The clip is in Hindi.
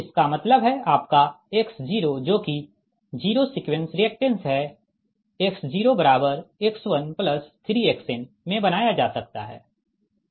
इसका मतलब है आपका X0 जो कि जीरो सीक्वेंस रिएक्टेंस है X0X13Xn में बनाया जा सकता है